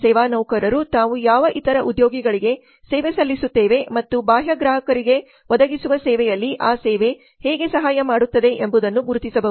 ಸೇವಾ ನೌಕರರು ತಾವು ಯಾವ ಇತರ ಉದ್ಯೋಗಿಗಳಿಗೆ ಸೇವೆ ಸಲ್ಲಿಸುತ್ತೇವೆ ಮತ್ತು ಬಾಹ್ಯ ಗ್ರಾಹಕರಿಗೆ ಒದಗಿಸುವ ಸೇವೆಯಲ್ಲಿ ಆ ಸೇವೆ ಹೇಗೆ ಸಹಾಯ ಮಾಡುತ್ತದೆ ಎಂಬುದನ್ನು ಗುರುತಿಸಬಹುದು